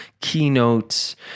keynotes